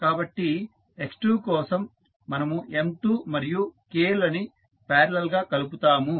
కాబట్టి x2 కోసం మనము M2 మరియు K లని పారలల్ గా కలుపుతాము